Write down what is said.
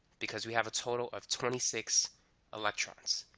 because we have a total of twenty six electrons